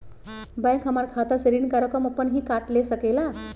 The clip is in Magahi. बैंक हमार खाता से ऋण का रकम अपन हीं काट ले सकेला?